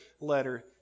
letter